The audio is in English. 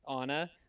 Anna